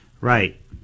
Right